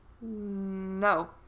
No